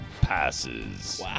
passes